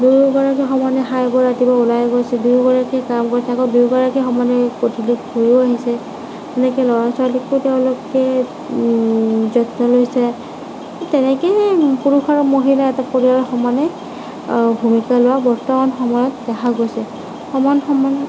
দুয়োগৰাকী সমানে খাই বৈ ৰাতিপুৱা ওলায় গৈছোঁ দুয়োগৰাকীয়ে কাম কৰি থাকক দুয়োগৰাকীয়ে সমানে প্ৰতিদিন কৰিও আহিছে তেনেকৈ ল'ৰা ছোৱালীকো তেওঁলোকে যত্ন লৈছে তেনেকৈয়ে পুৰুষ আৰু মহিলাই এটা পৰিয়ালৰ সমানে ভূমিকা লোৱা বৰ্তমান সময়ত দেখা গৈছে সমান সমান